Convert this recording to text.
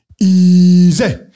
Easy